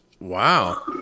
Wow